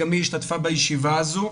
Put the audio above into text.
גם היא השתתפה בישיבה הזאת,